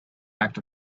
act